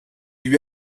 lui